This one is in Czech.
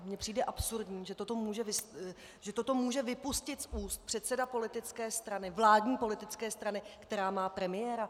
Mně přijde absurdní, že toto může vypustit z úst předseda politické strany vládní politické strany která má premiéra.